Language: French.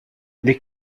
les